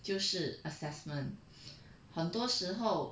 就是 assessment 很多时候